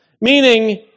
Meaning